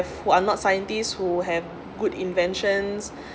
who are not scientists who have good inventions